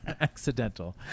Accidental